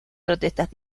protestas